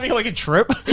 like a trip?